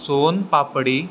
soan papdi